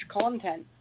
content